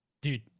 dude